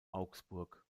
augsburg